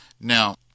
Now